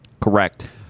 Correct